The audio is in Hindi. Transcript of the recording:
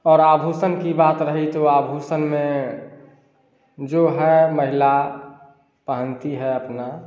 और आभूषण की बात रही तो आभूषण में जो है महिला पहनती है अपना